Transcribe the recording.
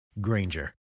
Granger